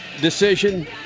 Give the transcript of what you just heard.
decision